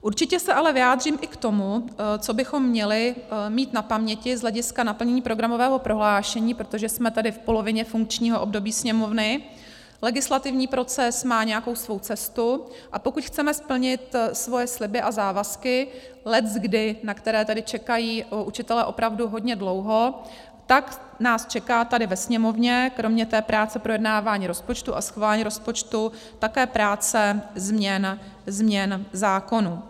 Určitě se ale vyjádřím i k tomu, co bychom měli mít na paměti z hlediska naplnění programového prohlášení, protože jsme v polovině funkčního období Sněmovny, legislativní proces má nějakou svou cestu, a pokud chceme splnit svoje sliby a závazky, leckdy, na které tady čekají učitelé opravdu hodně dlouho, tak nás čeká tady ve Sněmovně kromě té práce projednávání rozpočtu a schválení rozpočtu také práce změn zákonů.